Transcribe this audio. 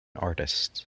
artists